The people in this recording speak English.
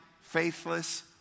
faithless